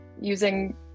using